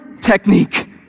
technique